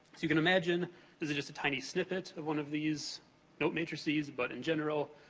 you can imagine, this is just a tiny snippet of one of these note matrices, but in general,